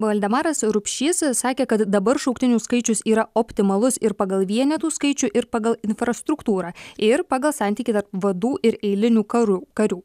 valdemaras rupšys sakė kad dabar šauktinių skaičius yra optimalus ir pagal vienetų skaičių ir pagal infrastruktūrą ir pagal santykį tarp vadų ir eilinių karų karių